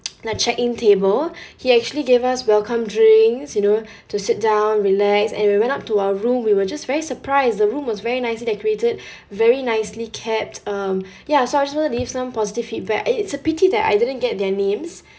the check in table he actually gave us welcome drinks you know to sit down relax and we went up to our room we were just very surprised the room was very nicely decorated very nicely kept um ya so I would just like to leave some positive feedback eh it's a pity that I didn't get their names